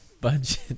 budget